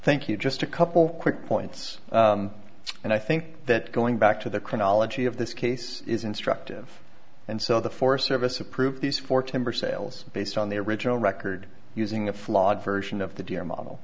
thank you just a couple of quick points and i think that going back to the chronology of this case is instructive and so the forest service approved these for timber sales based on the original record using a flawed version of the deer model